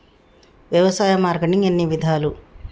వ్యవసాయ మార్కెటింగ్ ఎన్ని విధాలు?